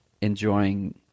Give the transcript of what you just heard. enjoying